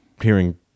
hearing